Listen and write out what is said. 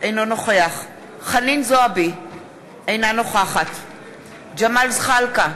אינו נוכח חנין זועבי, אינה נוכחת ג'מאל זחאלקה,